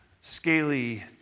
scaly